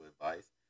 advice